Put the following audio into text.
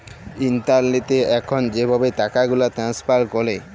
ইলটারলেটে এখল যেভাবে টাকাগুলা টেলেস্ফার ক্যরে